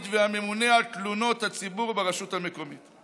והממונה על תלונות הציבור ברשות המקומית.